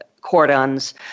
cordons